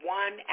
one